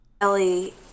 ellie